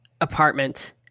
apartment